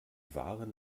waren